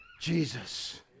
Jesus